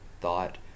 thought